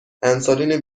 انسولین